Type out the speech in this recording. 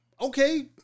okay